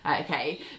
Okay